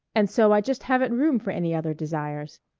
and so i just haven't room for any other desires.